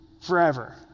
forever